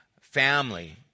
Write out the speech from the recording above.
family